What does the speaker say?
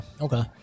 Okay